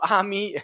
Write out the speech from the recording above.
ami